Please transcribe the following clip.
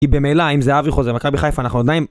‫היא במילא, אם זה אבי חוזר, ‫מכבי חיפה אנחנו עדיין...